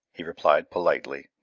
he replied politely,